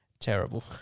Terrible